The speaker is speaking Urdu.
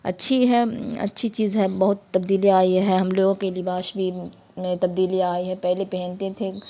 اچھی ہے اچھی چیز ہے بہت تبدیلی آئی ہے ہم لوگوں کے لباس بھی میں تبدیلی آئی ہے پہلے پہنتے تھے